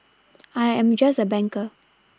I am just a banker